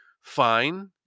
fine